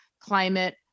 climate